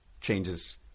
changes